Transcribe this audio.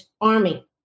Army